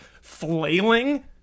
flailing